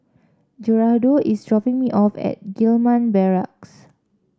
Gerardo is dropping me off at Gillman Barracks